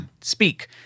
speak